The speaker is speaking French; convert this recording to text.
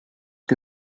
que